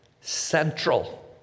central